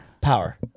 Power